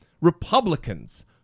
Republicans